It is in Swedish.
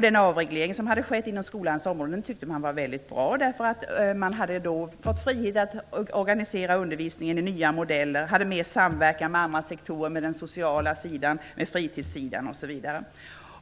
Den avreglering som hade skett inom skolans område tyckte man var väldigt bra, eftersom man nu hade fått friheten att organisera undervisningen i nya modeller, man hade mer samverkan med andra sektorer, med den sociala sidan, med fritidssidan, osv.